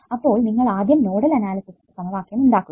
അപ്പോൾ നിങ്ങൾ ആദ്യം നോഡൽ അനാലിസിസ് സമവാക്യം ഉണ്ടാക്കുക